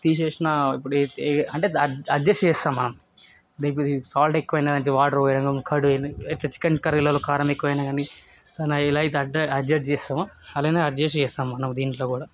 తీసేసిన అప్పుడు అయితే అంటే ఎడ్జె ఎడ్జెస్ట్ చేస్తాం మనం కొద్దిగా సాల్ట్ ఎక్కువైనా కానుంచి వాటర్ పొయ్యడం కర్డ్ చికెన్ కర్రీలలో కారం ఎక్కువైనా కాని దాన్ని ఎలాగైతే ఎడ్జెస్ట్ చేస్తాం అలానే ఎడ్జెస్ట్ చేస్తాం మనం దీంట్లో కూడా